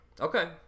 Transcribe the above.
Okay